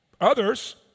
others